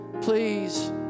please